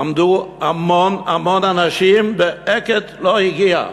עמדו המון המון אנשים, ו"אגד" לא הגיע,